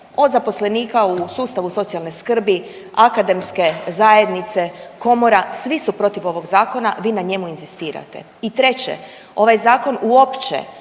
od zaposlenika u sustavu socijalne skrbi, akademske zajednice, komora, svi su protiv ovog zakona, vi na njemu inzistirate. I treće, ovaj zakon uopće